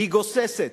היא גוססת,